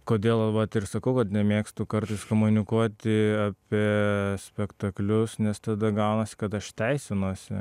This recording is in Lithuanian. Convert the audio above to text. kodėl vat ir sakau kad nemėgstu kartais komunikuoti apie spektaklius nes tada gaunasi kad aš teisinuosi